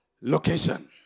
location